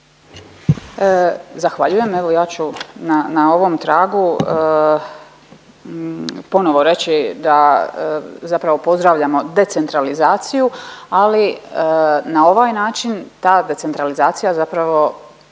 Zahvaljujem. Evo ja ću na ovom tragu ponovo reći da zapravo pozdravljamo decentralizaciju, ali na ovaj način ta decentralizacija zapravo